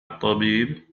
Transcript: الطبيب